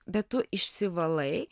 bet tu išsivalai